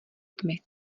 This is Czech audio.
tmy